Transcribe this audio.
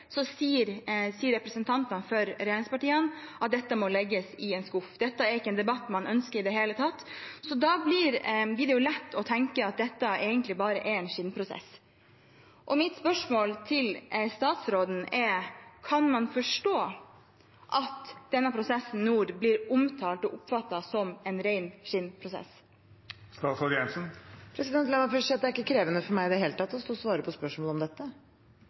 sier representantene for regjeringspartiene at dette må legges i en skuff, dette er ikke en debatt man ønsker i det hele tatt. Da blir det lett å tenke at dette egentlig bare er en skinnprosess. Mitt spørsmål til statsråden er: Kan man forstå at denne prosessen nå blir omtalt og oppfattet som en ren skinnprosess? La meg først si at det ikke er krevende for meg i det hele tatt å stå og svare på spørsmål om dette.